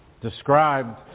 described